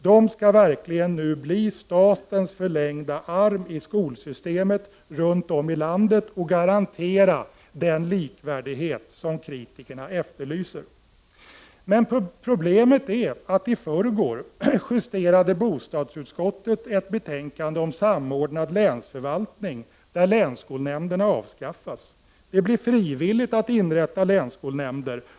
De skall verkligen bli statens förlängda arm i skolsystemet runt om i landet och garantera den likvärdighet som kritikerna efterlyser. Men problemet är att bostadsutskottet i förrgår justerade ett betänkande om samordnad länsförvaltning som innebär att länsskolnämnderna avskaffas. Det blir frivilligt att inrätta länsskolnämnder.